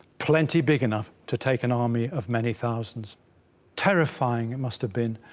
plenty big enough to take an army of many thousands terrifying it must have been,